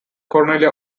cornelia